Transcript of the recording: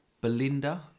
Belinda